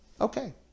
Okay